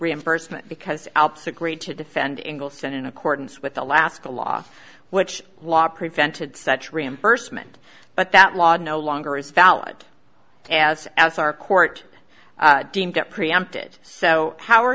reimbursement because alpes agreed to defend engulfs and in accordance with alaska law which law prevented such reimbursement but that laud no longer is valid as as our court deemed it preempted so how are